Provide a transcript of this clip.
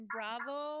Bravo